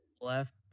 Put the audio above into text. left